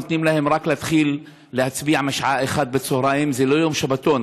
נותנים להם רק להתחיל להצביע משעה 13:00. זה לא יום שבתון,